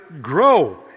grow